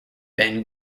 ben